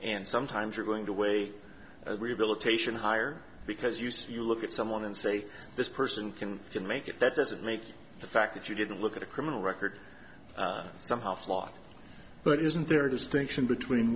and sometimes you're going to weigh the rehabilitation higher because you so you look at someone and say this person can can make it that doesn't make the fact that you didn't look at a criminal record somehow flawed but isn't there a distinction between